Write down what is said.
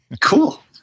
Cool